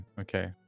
Okay